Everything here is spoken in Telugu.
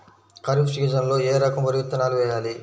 ఖరీఫ్ సీజన్లో ఏ రకం వరి విత్తనాలు వేయాలి?